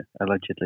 allegedly